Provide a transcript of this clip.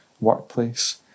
workplace